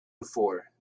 before